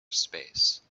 space